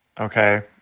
okay